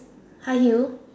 high heel